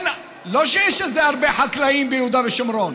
לא שיש הרבה חקלאים ביהודה ושומרון,